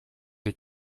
des